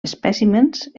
espècimens